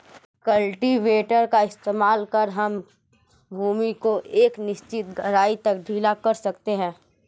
cultivator का इस्तेमाल कर हम भूमि को एक निश्चित गहराई तक ढीला कर सकते हैं